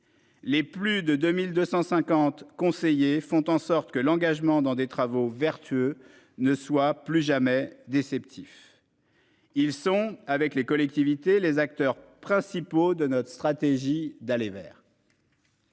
Les plus de 2250 conseillers font en sorte que l'engagement dans des travaux vertueux ne soit plus jamais des sceptiques. Ils sont avec les collectivités, les acteurs principaux de notre stratégie d'aller vers.